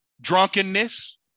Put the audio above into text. drunkenness